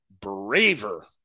braver